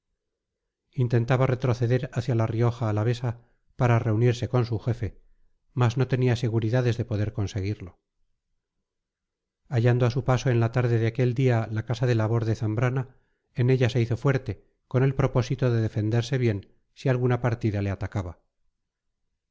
intentaba retroceder hacia la rioja alavesa para reunirse con su jefe mas no tenía seguridades de poder conseguirlo hallando a su paso en la tarde de aquel día la casa de labor de zambrana en ella se hizo fuerte con el propósito de defenderse bien si alguna partida le atacaba